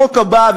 החוק הבא,